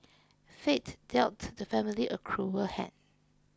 fate dealt the family a cruel hand